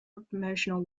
promotional